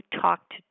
talked